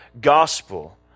gospel